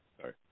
Sorry